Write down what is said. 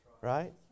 Right